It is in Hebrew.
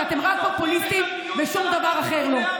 שאתם רק פופוליסטים ושום דבר אחר לא.